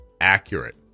accurate